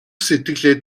сэтгэлээ